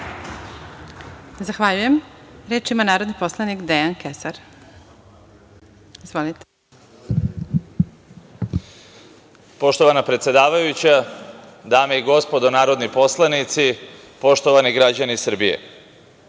Zahvaljujem. Reč ima narodni poslanik Dejan Kesar. **Dejan Kesar** Poštovana predsedavajuća, dame i gospodo narodni poslanici, poštovani građani Srbije,